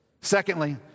Secondly